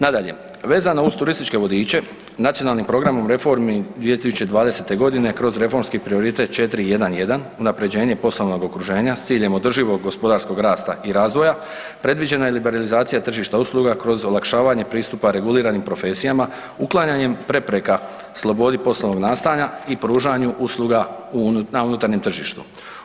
Nadalje, vezano uz turističke vodiče, Nacionalnim programom reformi 2020. g. kroz reformski prioritet 4.1.1. unaprjeđenje poslovnog okruženja s ciljem održivog gospodarskog rasta i razvoja, predviđena je liberalizacija tržišta usluga kroz olakšavanje pristupa reguliranim profesijama uklanjanjem prepreka slobodi poslovnog nastajanja i pružanju usluga na unutarnjem tržištu.